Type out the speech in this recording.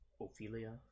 ophelia